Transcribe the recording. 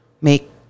make